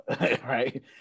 right